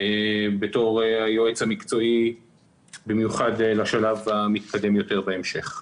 כיועץ המקצועי במיוחד לשלב המתקדם יותר בהמשך.